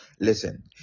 listen